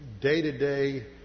day-to-day